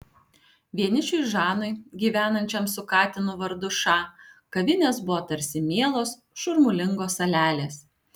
vienišiui žanui gyvenančiam su katinu vardu ša kavinės buvo tarsi mielos šurmulingos salelės